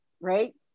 right